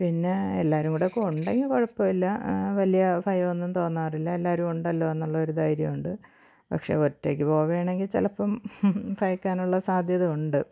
പിന്നെ എല്ലാവരും കൂടെയൊക്കെ ഉണ്ടെങ്കിൽ കുഴപ്പമില്ല വലിയ ഭയമൊന്നും തോന്നാറില്ല എല്ലാവരും ഉണ്ടല്ലോയെന്നുള്ള ഒരു ധൈര്യം ഉണ്ട് പക്ഷേ ഒറ്റയ്ക്ക് പോവുകയാണെങ്കിൽ ചെലപ്പം ഭയക്കാനുള്ള സാധ്യത ഉണ്ട്